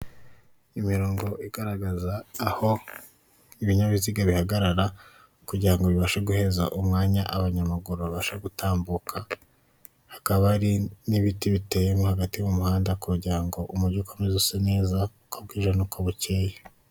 Imirongo igaragaza aho ibinyabiziga bihagarara, kugira ngo bibashe guhereza umwanya abanyamaguru babashe gutambuka, hakaba hari n'ibiti biteyemo hagati mu muhanda kugira ngo umujyi ukomeze use neza uko bwije n'uko bukeye.